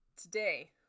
today